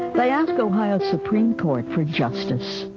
they asked ohio supreme court for justice.